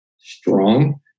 strong